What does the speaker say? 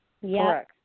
Yes